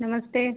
नमस्ते